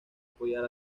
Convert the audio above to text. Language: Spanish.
apoyar